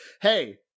Hey